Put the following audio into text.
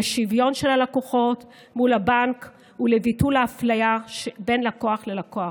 לשוויון של הלקוחות מול הבנק ולביטול האפליה בין לקוח ללקוח.